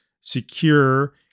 secure